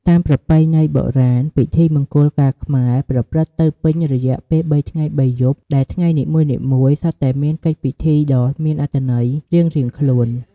តាមប្រពៃណីបុរាណ ពិធីមង្គលការខ្មែរប្រព្រឹត្តទៅពេញរយៈពេលបីថ្ងៃបីយប់ ដែលថ្ងៃនីមួយៗសុទ្ធតែមានកិច្ចពិធីដ៏មានអត្ថន័យរៀងៗខ្លួន។